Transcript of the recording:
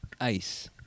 Ice